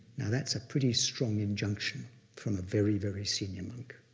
now that's a pretty strong injunction from a very, very senior monk.